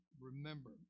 remember